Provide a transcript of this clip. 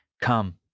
Come